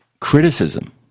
criticism